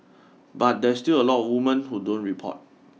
but there's still a lot of women who don't report